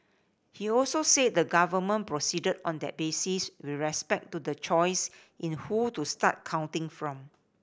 he also said the government proceeded on that basis with respect to the choice in who to start counting from